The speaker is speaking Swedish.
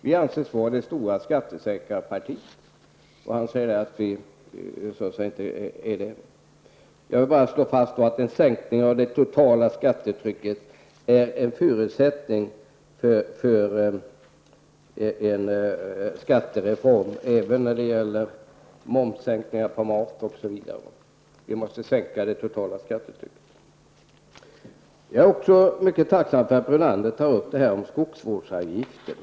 Vi anses vara det stora skattesänkarpartiet, och det säger också herr Brunander. Jag vill bara slå fast att en sänkning av det totala skattetrycket är en förutsättning för en skattereform, även för momssänkningar på mat osv. Vi måste sänka det totala skattetrycket. Jag är mycket tacksam för att herr Brunander tar upp frågan om skogsvårdsavgiften.